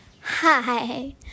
Hi